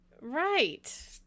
right